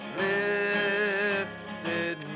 lifted